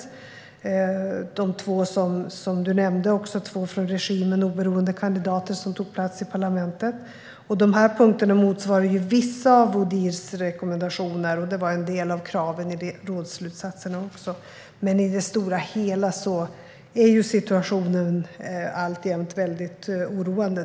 Som Christian Holm Barenfeld nämnde tog två från regimen oberoende kandidater plats i parlamentet. Dessa punkter motsvarar vissa av Odhirs rekommendationer, och det var även en del av kraven i rådsslutsatserna. Men i det stora hela är situationen alltjämt väldigt oroande.